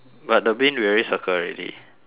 but the bin we already circle already